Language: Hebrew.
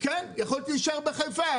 כן, יכולתי להישאר בחיפה.